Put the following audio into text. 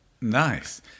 Nice